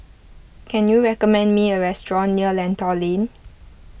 can you recommend me a restaurant near Lentor Lane